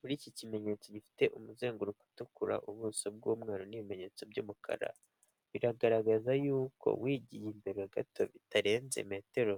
Muri iki kimenyetso gifite umuzenguruko utukura, ubuso bw'umweru nibimenyetso by'umukara biragaragaza yuko wigiye imbere gato bitarenze metero